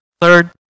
Third